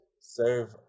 serve